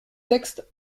texte